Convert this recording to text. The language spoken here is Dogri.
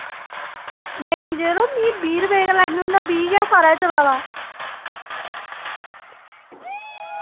नेईं जरो मी बीह् रपे गै लैने होने बीह् गै सारै चला दा